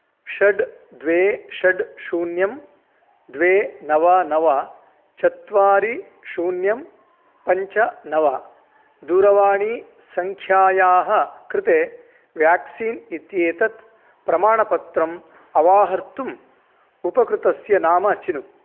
षट् द्वे षट् शून्यं द्वे नव नव चत्वारि शून्यं पञ्च नव दूरवाणीसङ्ख्यायाः कृते व्याक्सीन् इत्येतत् प्रमाणपत्रम् अवाहर्तुम् उपकृतस्य नाम चिनु